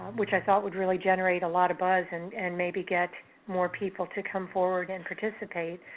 which i thought would really generate a lot of buzz and and maybe get more people to come forward and participate.